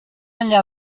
enllà